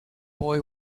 boy